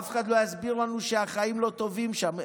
אף אחד לא יסביר לנו שהחיים לא טובים שם,